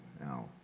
Now